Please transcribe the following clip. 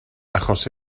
achos